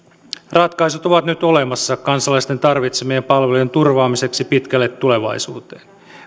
ratkaisut ovat nyt olemassa kansalaisten tarvitsemien palvelujen turvaamiseksi pitkälle tulevaisuuteen